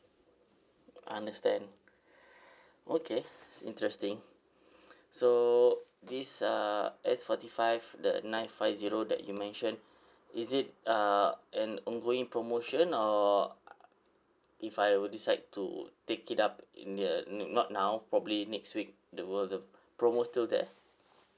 understand okay it's interesting so this uh S forty five the nine five zero that you mentioned is it uh an ongoing promotion or if I were decide to take it up in the n~ not now probably next week will the promo still there